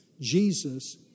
Jesus